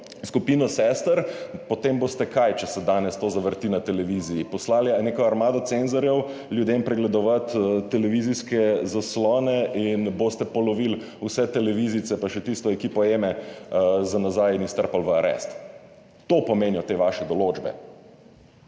skupino Sestre. Potem boste kaj, če se danes to zavrti na televiziji, poslali neko armado cenzorjev ljudem pregledovat televizijske zaslone in boste polovili vse televizijce pa še tisto ekipo Eme za nazaj in jih strpali v arest? To pomenijo te vaše določbe